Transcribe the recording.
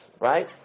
right